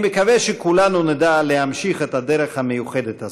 אני מקווה שכולנו נדע להמשיך את הדרך המיוחדת הזאת.